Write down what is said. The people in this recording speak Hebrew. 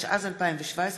התשע"ז 2017,